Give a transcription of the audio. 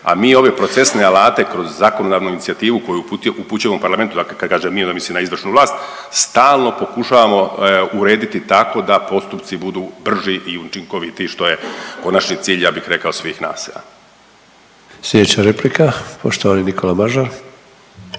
a mi ove procesne alate kroz zakonodavnu inicijativu koju upućujemo parlamentu, dakle kad kažem mi onda mislim na izvršnu vlast, stalno pokušavamo urediti tako da postupci budu brži i učinkovitiji što je konačni cilj ja bih rekao svih nas. **Sanader, Ante (HDZ)** Slijedeća replika poštovani Nikola Mažar.